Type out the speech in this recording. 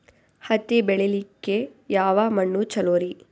ಹತ್ತಿ ಬೆಳಿಲಿಕ್ಕೆ ಯಾವ ಮಣ್ಣು ಚಲೋರಿ?